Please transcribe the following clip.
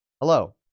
Hello